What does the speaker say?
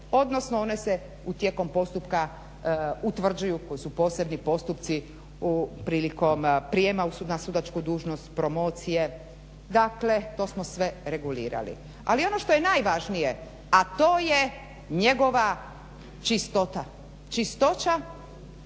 odnosno one se tijekom postupka utvrđuju koji su posebni postupci prilikom prijema na sudačku dužnost, promocije. Dakle, to smo sve regulirali. Ali ono što je najvažnije, a to je njegova čistoća, njegovo